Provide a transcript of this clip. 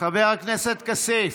חבר הכנסת כסיף,